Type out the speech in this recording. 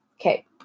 okay